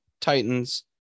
Titans